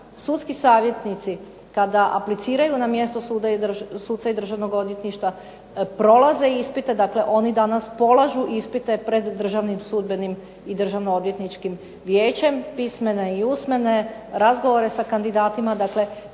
sudski savjetnici kada apliciraju na mjesto suca i državnog odvjetništva prolaze ispite. Dakle, oni danas polažu ispite pred Državnim sudbenim i Državnoodvjetničkim vijećem, pismene i usmene razgovore sa kandidatima. Dakle